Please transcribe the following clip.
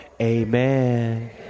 amen